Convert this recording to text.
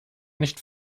nicht